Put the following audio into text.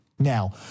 Now